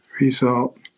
result